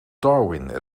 darwin